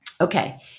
Okay